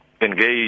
engage